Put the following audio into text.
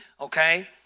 okay